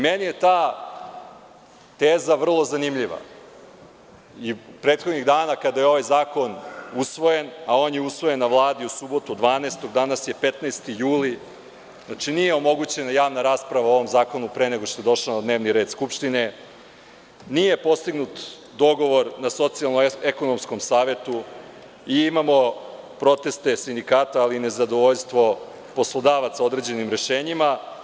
Meni je ta teza vrlo zanimljiva i prethodnih dana, kada je ovaj zakon usvojen, a on je usvojen na Vladi u subotu 12. jula, a danas je 15. juli, nije omogućena javna rasprava o ovom zakonu pre nego što je došao na dnevni red Skupštine, nije postignut dogovor na socijalno-ekonomskom savetu, imamo proteste sindikata, ali i nezadovoljstvo poslodavaca određenim rešenjima.